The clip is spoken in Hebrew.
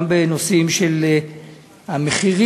גם בנושאים של המחירים,